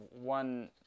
one